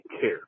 care